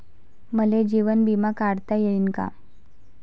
मले जीवन बिमा काढता येईन का?